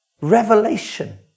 revelation